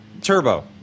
Turbo